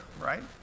right